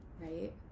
right